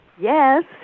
Yes